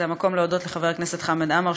זה המקום להודות לחבר הכנסת חמד עמאר,